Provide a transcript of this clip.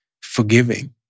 forgiving